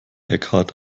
eckhart